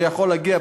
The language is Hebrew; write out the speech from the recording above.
שהוא יוכל להגיע,